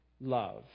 love